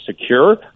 secure